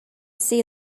see